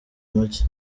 muke